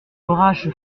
orage